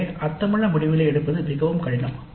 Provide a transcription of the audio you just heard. எனவே அர்த்தமுள்ள முடிவுகளை எடுப்பது மிகவும் கடினம்